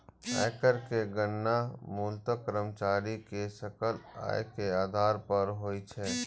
आयकर के गणना मूलतः कर्मचारी के सकल आय के आधार पर होइ छै